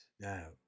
now